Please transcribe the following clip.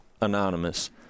anonymous